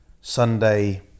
Sunday